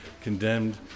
condemned